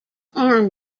arm